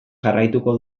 jarraituko